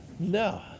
No